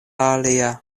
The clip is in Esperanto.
alia